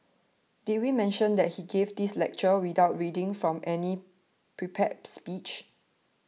did we mention that he gave this lecture without reading from any prepared speech